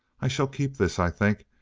i shall keep this, i think,